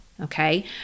okay